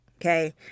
okay